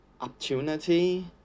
opportunity